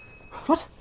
what?